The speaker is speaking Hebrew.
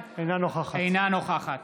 אינה נוכחת